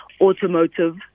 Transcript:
automotive